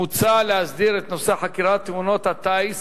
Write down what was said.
מוצע להסדיר את נושא חקירת תאונות הטיס